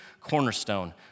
cornerstone